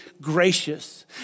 gracious